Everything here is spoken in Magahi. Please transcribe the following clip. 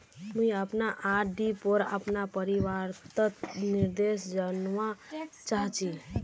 मुई अपना आर.डी पोर अपना परिपक्वता निर्देश जानवा चहची